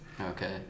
Okay